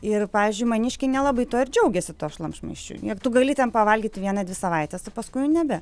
ir pavyzdžiui maniškiai nelabai tuo ir džiaugiasi tuo šlamštmaisčiu ir tu gali ten pavalgyti vieną dvi savaites o paskui jau nebe